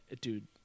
Dude